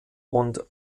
und